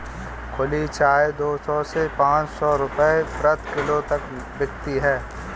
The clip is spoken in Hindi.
खुली चाय दो सौ से पांच सौ रूपये प्रति किलो तक बिकती है